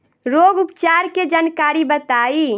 रोग उपचार के जानकारी बताई?